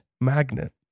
magnet